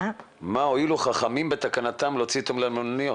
מה הועילו חכמים בתקנתם להוציא אותם למלוניות.